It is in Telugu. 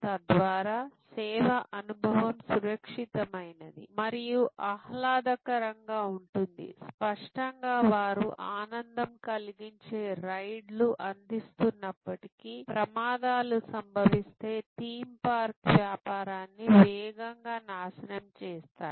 తద్వారా సేవా అనుభవం సురక్షితమైనది మరియు ఆహ్లాదకరంగా ఉంటుంది స్పష్టంగా వారు ఆనందం కలిగించే రైడ్ లు అందిస్తున్నప్పటికీ ప్రమాదాలు సంభవిస్తే థీమ్ పార్క్ వ్యాపారాన్ని వేగంగా నాశనం చేస్తాయి